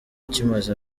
kimaze